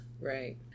Right